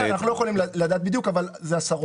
אנחנו לא יכולים לדעת בדיוק אבל זה עשרות.